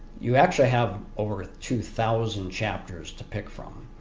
you actually have over two thousand chapters to pick from